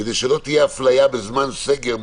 כדי שלא תהיה אפליה בזמן סגר מהודק,